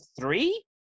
three